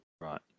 right